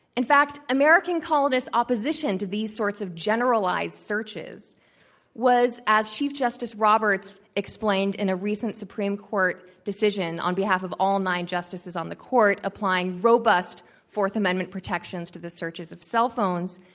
in fact, american colonists' opposition to these sorts of generalized searches was, as chief justice roberts explained in a recent supreme court decision on behalf of all nine justices on the court, applying robust fourth amendment protections to the searches of cell phones,